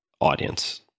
audience